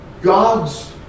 God's